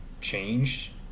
changed